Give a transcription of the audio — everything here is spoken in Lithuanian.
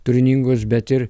turiningos bet ir